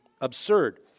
absurd